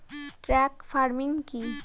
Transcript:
Truck farming কি?